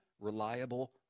reliable